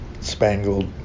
spangled